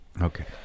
Okay